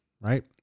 right